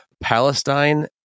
Palestine